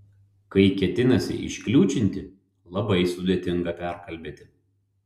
kai ketinasi iškliūčinti labai sudėtinga perkalbėti